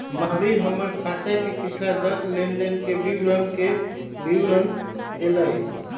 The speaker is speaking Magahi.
महावीर हमर खाता के पिछला दस लेनदेन के विवरण के विवरण देलय